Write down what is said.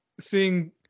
seeing